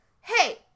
hey